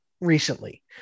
recently